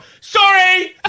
sorry